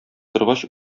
торгач